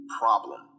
problem